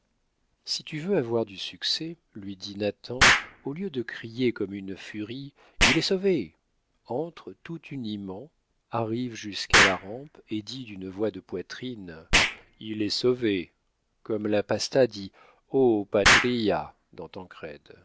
si tu veux avoir du succès lui dit nathan au lieu de crier comme une furie il est sauvé entre tout uniment arrive jusqu'à la rampe et dis d'une voix de poitrine il est sauvé comme la pasta dit o patria dans